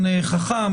חכם,